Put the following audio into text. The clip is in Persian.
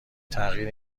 تغییر